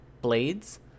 blades